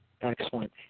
excellent